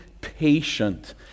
patient